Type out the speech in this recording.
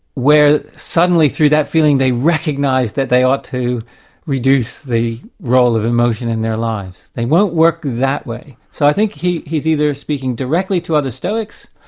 where suddenly through that feeling they recognise that they ought to reduce the role of emotion in their lives. they won't work that way. so i think he's either speaking directly to other stoics,